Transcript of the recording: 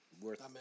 Worth